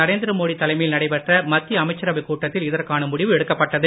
நரேந்திர மோடி தலைமையில் நடைபெற்ற மத்திய அமைச்சரவை கூட்டத்தில் இதற்கான முடிவு எடுக்கப்பட்டது